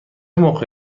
موقع